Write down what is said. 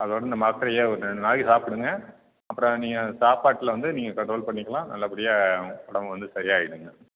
அதோட இந்த மாத்திரைய ஒரு ரெண்டு நாளைக்கு சாப்பிடுங்க அப்புறம் நீங்கள் சாப்பாட்டில் வந்து நீங்கள் கன்ட்ரோல் பண்ணிக்கலாம் நல்லபடியாக உடம்பு வந்து சரியாயிடுங்க